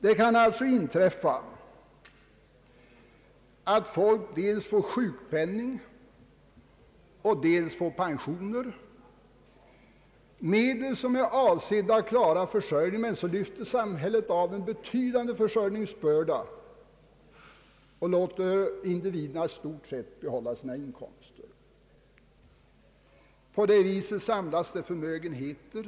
Det kan alltså inträffa att människor får sjukpenning, eller pensioner — medel som är avsedda för att klara försörjningen — men så lyfter samhället av en betydande försörjningsbörda och låter individerna i stort sett behålla sina inkomster. På det viset samlas förmögenheter.